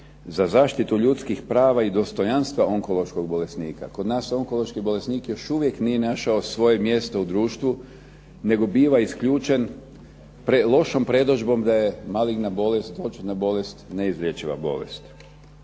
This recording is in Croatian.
za zaštitu ljudskih prava i dostojanstva onkološkog bolesnika. Kod nas onkološki bolesnik još uvijek nije našao svoje mjesto u društvu nego biva isključen lošom predodžbom da je maligna bolest, zloćudna bolest, neizlječiva bolest.